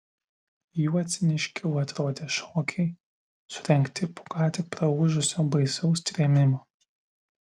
juo ciniškiau atrodė šokiai surengti po ką tik praūžusio baisaus trėmimo